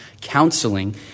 counseling